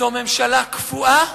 זו ממשלה קפואה